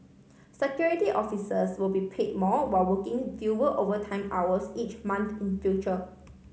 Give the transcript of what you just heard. Security Officers will be pay more while working fewer overtime hours each month in future